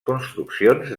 construccions